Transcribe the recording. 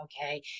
Okay